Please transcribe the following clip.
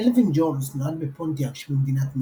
אלווין ג'ונס נולד בפונטיאק שבמדינת מישיגן.